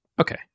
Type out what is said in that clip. Okay